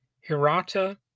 Hirata